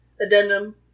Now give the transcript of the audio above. Addendum